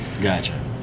Gotcha